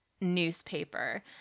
newspaper